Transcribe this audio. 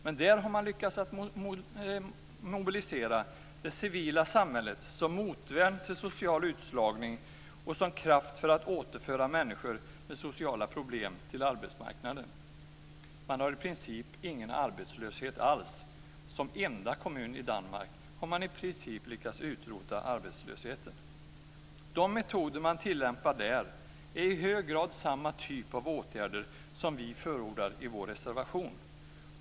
Men där har man lyckats att mobilisera det civila samhället som motvärn till social utslagning och som kraft för att återföra människor med sociala problem till arbetsmarknaden. Man har i princip ingen arbetslöshet alls. Som enda kommun i Danmark har man i princip lyckats utrota arbetslösheten. De metoder man tillämpar där är i hög grad samma typ av åtgärder som vi förordar i vår reservation.